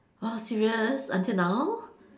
!wow! serious until now